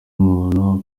umuntu